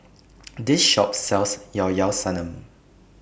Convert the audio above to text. This Shop sells Llao Llao Sanum